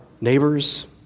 neighbors